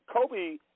Kobe